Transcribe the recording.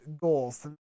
goals